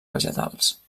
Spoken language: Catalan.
vegetals